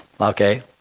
okay